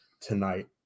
tonight